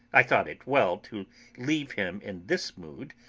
i thought it well to leave him in this mood,